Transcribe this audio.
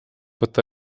võtta